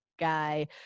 guy